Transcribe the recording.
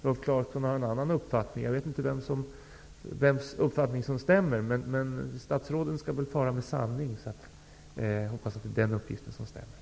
Rolf Clarkson har en annan uppfattning. Jag vet inte vems uppfattning det är som stämmer. Men statsråd skall väl fara med sanning, och jag hoppas att det är hans uppgift som stämmer.